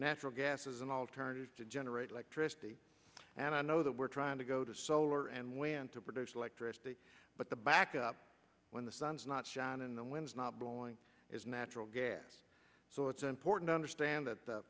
natural gas as an alternative to generate electricity and i know that we're trying to go to solar and wind to produce electricity but the backup when the sun's not john in the wind is not blowing is natural gas so it's important to understand that